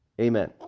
amen